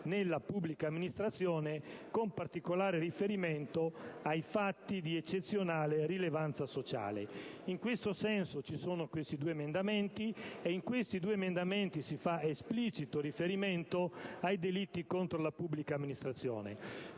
nella pubblica amministrazione, con particolare riferimento ai fatti di eccezionale rilevanza sociale. In questo senso, sono stati presentati gli emendamenti 12.0.14 e 12.0.15 nei quali si fa esplicito riferimento ai delitti contro la pubblica amministrazione.